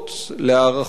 דקות?